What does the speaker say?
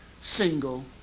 single